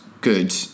good